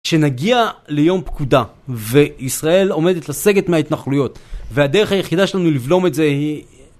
כשנגיע ליום פקודה, וישראל עומדת לסגת מההתנחלויות, והדרך היחידה שלנו לבלום את זה היא...